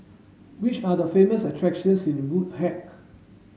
which are the famous attractions in Windhoek